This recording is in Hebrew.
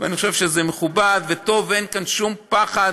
אני חושב שזה מכובד וטוב ואין כאן שום פחד,